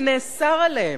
כי נאסר עליהם.